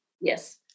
Yes